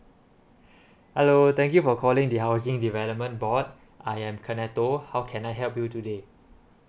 hello thank you for calling the housing development board I am caneto how can I help you today